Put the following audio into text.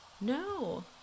No